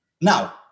Now